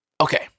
Okay